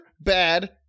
bad